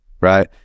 Right